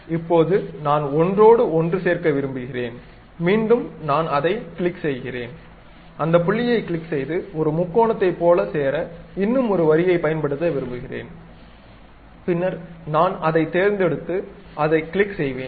இப்போது நான் ஒன்றோடு ஒன்று சேர்க்க விரும்புகிறேன் மீண்டும் நான் அதைக் கிளிக் செய்கிறேன் அந்த புள்ளியைக் கிளிக் செய்து ஒரு முக்கோணத்தைப் போல சேர இன்னும் ஒரு வரியைப் பயன்படுத்த விரும்புகிறேன் பின்னர் நான் அதைத் தேர்ந்தெடுத்து அதைக் கிளிக் செய்வேன்